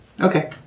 Okay